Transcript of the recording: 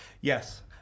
Yes